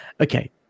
Okay